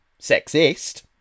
Sexist